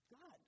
God